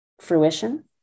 fruition